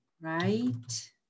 right